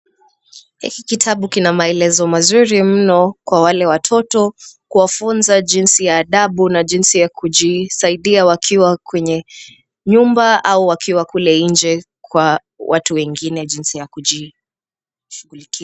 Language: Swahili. Hiki kitabu kina maelezo mazuri mno kwa wale watoto kuwafunza jinsi ya adabu, jinsi ya kujisaidia wakiwa kwenye nyumba au wakiwa kule nje kwa watu wengine jinsi ya kujishughulikia.